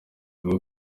rwo